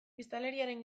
biztanleriaren